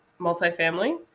Multifamily